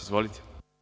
Izvolite